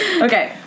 Okay